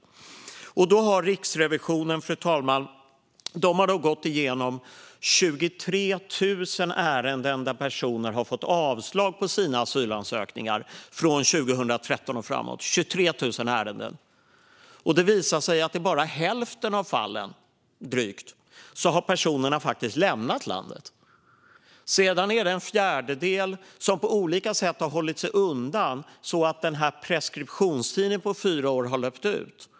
Fru talman! Riksrevisionen har gått igenom 23 000 ärenden där personer har fått avslag på sina asylansökningar från 2013 och framåt. Det visar sig att i bara drygt hälften av fallen har personerna faktiskt lämnat landet. Sedan är det en fjärdedel som på olika sätt har hållit sig undan så att preskriptionstiden på fyra år har löpt ut.